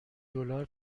دلار